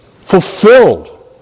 fulfilled